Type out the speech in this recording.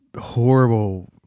horrible